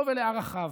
לו ולערכיו.